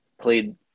played